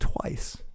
twice